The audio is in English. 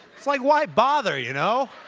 it's like why bother, you know?